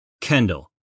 Kendall